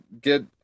get